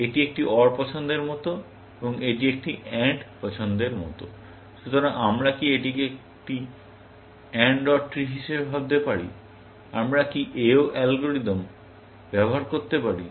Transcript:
এটি একটি OR পছন্দের মতো এবং এটি একটি AND পছন্দের মতো । সুতরাং আমরা কি এটিকে একটি AND OR ট্রি হিসাবে ভাবতে পারি এবং আমরা কি A0 অ্যালগরিদম ব্যবহার করতে পারি